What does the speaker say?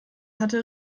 hatte